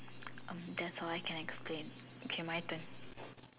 um that's all I can explain okay my turn